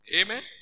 Amen